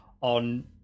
on